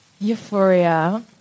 Euphoria